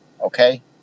Okay